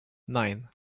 nine